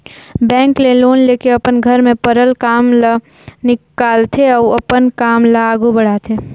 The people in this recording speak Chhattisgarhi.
बेंक ले लोन लेके अपन घर में परल काम ल निकालथे अउ अपन काम ल आघु बढ़ाथे